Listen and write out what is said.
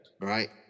right